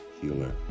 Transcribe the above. Healer